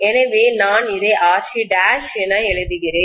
எனவே நான் அதை RC என எழுதுகிறேன்